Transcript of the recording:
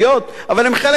אבל הם חלק ממני.